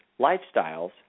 lifestyles